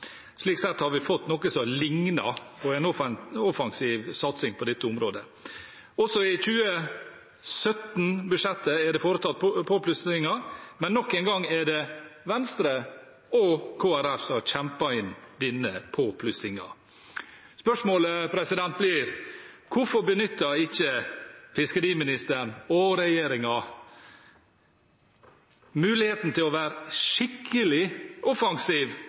Slik sett har vi fått noe som ligner på en offensiv satsing på dette området. Også i 2017-budsjettet er det foretatt påplussinger, men nok en gang er det Venstre og Kristelig Folkeparti som har kjempet fram denne påplussingen. Spørsmålet blir: Hvorfor benytter ikke fiskeriministeren og regjeringen muligheten til å være skikkelig offensiv